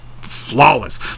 flawless